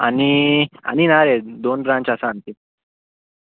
आनी आनी ना रे दोन ब्रांच आसा आमचें